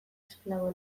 esklabo